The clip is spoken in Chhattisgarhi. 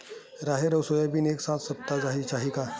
राहेर अउ सोयाबीन एक साथ सप्ता चाही का?